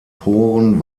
poren